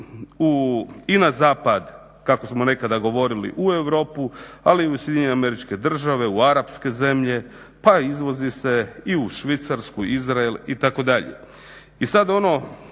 i na zapad kako smo nekada govorili u Europu, ali i u SAD, u Arapske zemlje, pa izvozi se i u Švicarsku, Izrael itd.